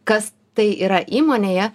kas tai yra įmonėje